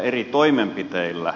eri toimenpiteillä